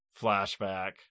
flashback